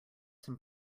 some